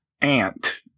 ant